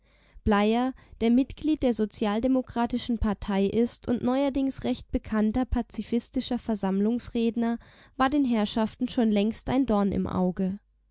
bleier der mitglied der sozialdemokratischen partei ist und neuerdings recht bekannter pazifistischer versammlungsredner war den herrschaften schon längst ein dorn im auge